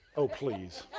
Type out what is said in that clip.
oh, please.